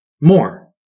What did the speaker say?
more